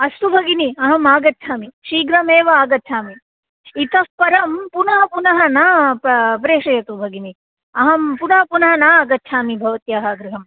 अस्तु भगिनि अहमागच्छामि शीघ्रमेव आगच्छामि इतः परं पुनः पुनः ना पा प्रेषयतु भगिनी अहं पुनः पुनः ना आगच्छामि भवत्याः गृहं